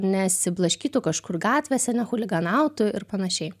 nesiblaškytų kažkur gatvėse nechuliganautų ir panašiai